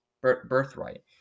birthright